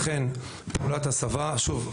לכן, לגבי פעולת הסבה, שוב,